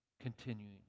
continuing